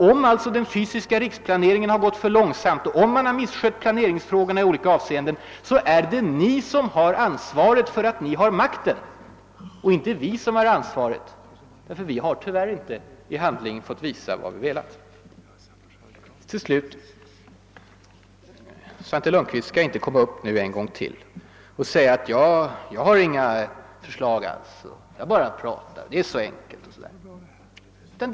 Om alltså den fysiska riksplaneringen gått för långsamt och om man i olika avseenden misskött planeringsfrågorna, så är det ni som har ansvaret, därför att ni har makten, och inte vi, därför att vi tyvärr inte i handling har fått visa vad vi velat. Nu skall inte Svante Lundkvist en gång till begära ordet för att från denna talarstol säga att jag inte har några förslag alls, att jag bara pratar och att det är så enkelt för mig.